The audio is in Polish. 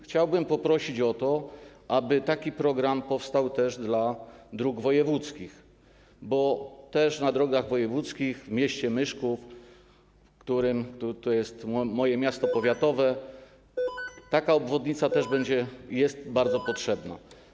Chciałbym poprosić o to, aby taki program powstał też dla dróg wojewódzkich, bo na drogach wojewódzkich, w mieście Myszków - to jest moje miasto powiatowe - taka obwodnica też będzie, jest ona bardzo potrzebna.